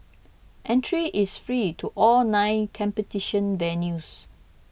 entry is free to all nine competition venues